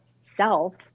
self